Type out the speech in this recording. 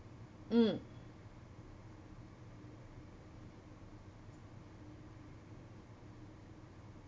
mm